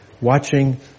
watching